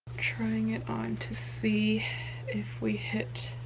trying it on to see if we hit